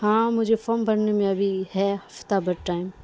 ہاں مجھے فارم بھرنے میں ابھی ہے ہفتہ بھر ٹائم